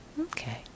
Okay